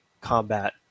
combat